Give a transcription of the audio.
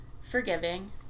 forgiving